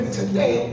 today